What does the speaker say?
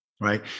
right